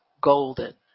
golden